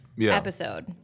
episode